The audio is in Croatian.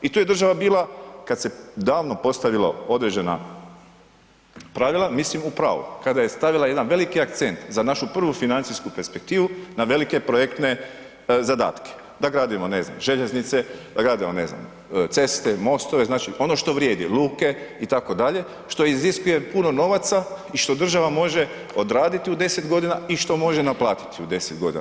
I tu je država bila, kada se davno postavila određena pravila mislim u pravu, kada je stavila jedan veliki akcent za našu prvu financijsku perspektivu na velike projektne zadatke da gradimo ne znam željeznice, da gradimo ne znam ceste, mostove, ono što vrijedi, luke itd. što iziskuje puno novaca i što država može odraditi u 10 godina i što može naplatiti u 10 godina.